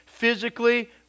physically